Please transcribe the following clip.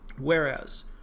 Whereas